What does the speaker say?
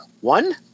one